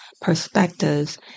perspectives